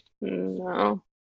no